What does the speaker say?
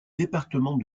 département